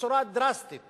בצורה דרסטית